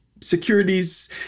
securities